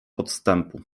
podstępu